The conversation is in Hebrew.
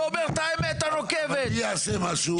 הוא אומר את האמת הנוקבת אני אעשה משהו ואתם תעשו משהו.